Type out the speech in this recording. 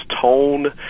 tone